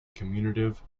commutative